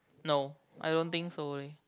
no I don't think so leh